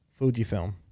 Fujifilm